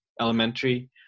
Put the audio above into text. Elementary